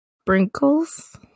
Sprinkles